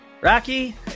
Rocky